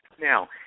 Now